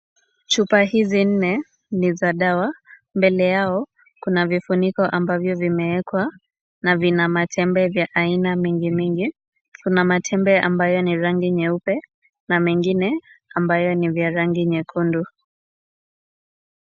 Chupa hizi nne, ni za dawa, mbele yao kuna vifuniko ambavyo vimeekwa na vina matembe vya aina mingi mingi. Kuna matembe ambayo ni rangi nyeupe na mengine ambayo ni vya rangi nyekundu.